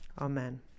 Amen